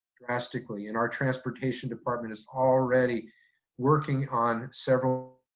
drastically. and our transportation department is already working on several,